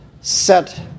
set